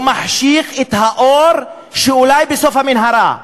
הוא מחשיך את האור שאולי קיים בסוף המנהרה.